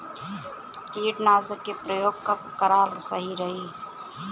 कीटनाशक के प्रयोग कब कराल सही रही?